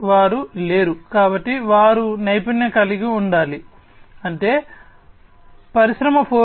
కాబట్టి వారు లేరు కాబట్టి వారు నైపుణ్యం కలిగి ఉండాలి అంటే పరిశ్రమ 4